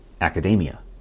academia